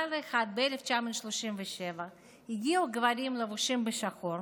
לילה אחד ב-1937 הגיעו גברים לבושים בשחור